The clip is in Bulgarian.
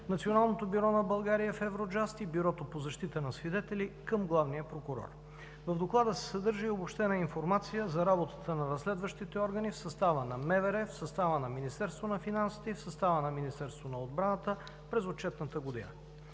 Националното бюро на България в Евроджъст и Бюрото по защита на свидетели към главния прокурор. В Доклада се съдържа и обобщена информация за работата на разследващите органи в състава на МВР, в състава на Министерството на финансите и в състава на Министерството на отбраната през отчетната година.